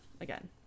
Again